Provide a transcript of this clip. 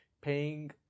paying